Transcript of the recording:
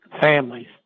families